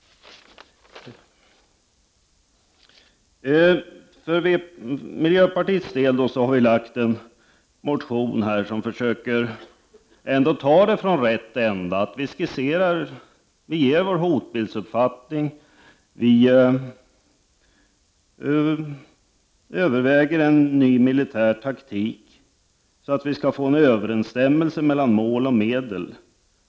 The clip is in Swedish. Från miljöpartiets sida har vi väckt en motion där vi försöker skissera det hela från rätt ända. Vi ger vår uppfattning om hotbilden, och vi överväger en ny militär taktik. På så sätt skall vi få en överensstämmelse mellan mål och medel.